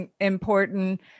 important